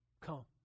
Come